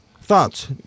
Thoughts